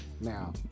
now